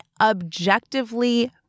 objectively